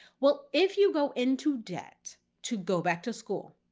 well, if you go into debt to go back to school,